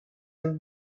are